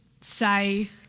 say